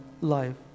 life